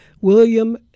William